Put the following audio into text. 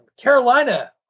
Carolina